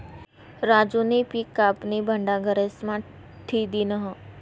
राजूनी पिक कापीन भंडार घरेस्मा ठी दिन्हं